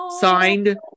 signed